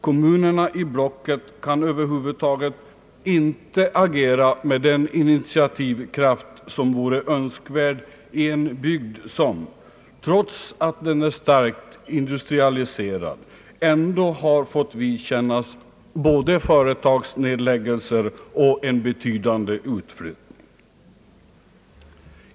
Kommunerna i blocket kan över huvud taget inte agera med den initiativkraft som vore önskvärd i en bygd som, trots att den är starkt industrialiserad, har fått vidkännas både företagsnedläggelser och en betydande utflyttning.